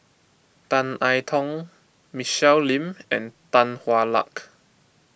Tan I Tong Michelle Lim and Tan Hwa Luck